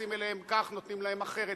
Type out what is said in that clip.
מתייחסים אליהם כך, נותנים להם אחרת,